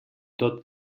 tot